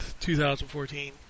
2014